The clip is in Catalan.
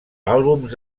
àlbums